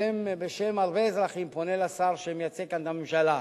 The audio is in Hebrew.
בשם הרבה אזרחים פונה לשר שמייצג כאן את הממשלה: